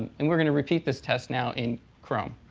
and we're going to repeat this test now in chrome.